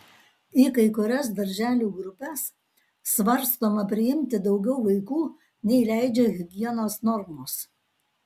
į kai kurias darželių grupes svarstoma priimti daugiau vaikų nei leidžia higienos normos